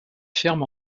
ferme